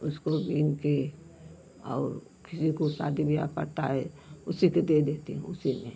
उसको बुनकर और किसी को शादी ब्याह पड़ता है उसी को दे देती हूँ उसी में